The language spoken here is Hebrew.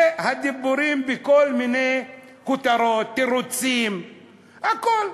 זה דיבורים בכל מיני כותרות, תירוצים, הכול.